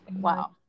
wow